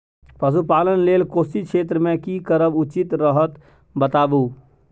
पशुपालन लेल कोशी क्षेत्र मे की करब उचित रहत बताबू?